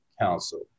Council